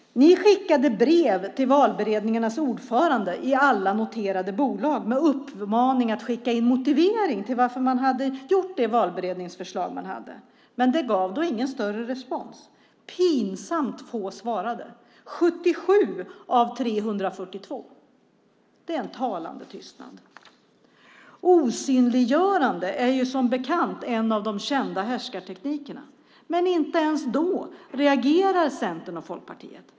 Ni skickade brev till valberedningarnas ordförande i alla noterade bolag med uppmaning att skicka in en motivering till det valberedningsförslag man hade, men det gav då ingen större respons. Pinsamt få svarade, 77 av 342. Det är en talande tystnad. Osynliggörande är som bekant en av de kända härskarteknikerna, men inte ens då reagerar Centern och Folkpartiet.